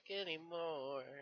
anymore